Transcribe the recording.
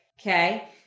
Okay